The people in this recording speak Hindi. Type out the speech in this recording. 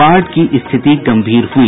बाढ़ की स्थिति गम्भीर हुई